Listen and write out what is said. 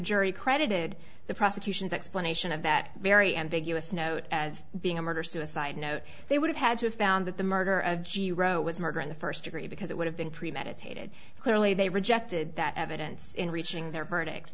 jury credited the prosecution's explanation of that very ambiguous note as being a murder suicide note they would have had to have found that the murder of g rowe was murder in the first degree because it would have been premeditated clearly they rejected that evidence in reaching their verdict